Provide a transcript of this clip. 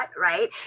right